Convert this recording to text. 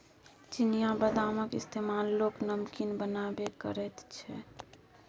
चिनियाबदामक इस्तेमाल लोक नमकीन बनेबामे करैत छै